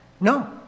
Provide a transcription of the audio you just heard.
No